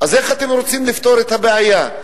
איך אתם רוצים לפתור את הבעיה?